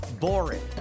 boring